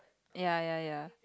ya ya ya